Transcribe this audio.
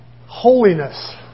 Holiness